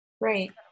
Right